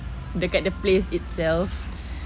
dekat the place itself